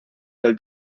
del